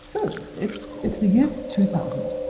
so, it's it's the year two thousand.